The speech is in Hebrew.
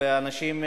ואנשים,